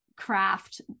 craft